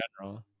general